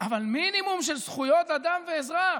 אבל מינימום של זכויות אדם ואזרח.